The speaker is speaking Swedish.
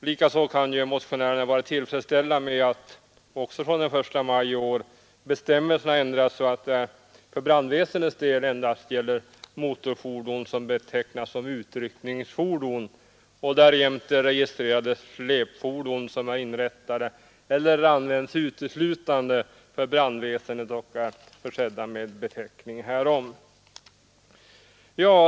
Likaså kan motionärerna vara tillfredsställda med att också från den 1 maj i år bestämmelserna ändrats så, att den utökade besiktningen för brandväsendets del endast gäller motorfordon som betecknas som utryckningsfordon och därjämte registrerade släpfordon som är inrättade eller uteslutande används för brandväsendet och är försedda med beteckning härom.